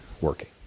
working